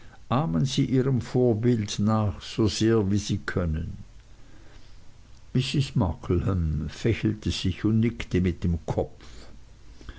ahmen sie ihrem vorbild nach so sehr wie sie können mrs markleham fächelte sich und nickte mit dem kopf